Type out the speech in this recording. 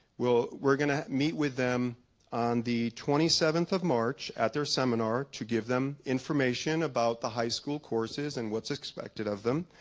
well we're gonna meet with them on the twenty seventh of march at their seminar to give them information about the high school courses and what's expected of them,